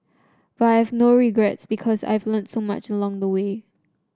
but I have no regrets because I've learnt so much along the way